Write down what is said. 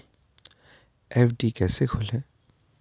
FD कैसे खोलें?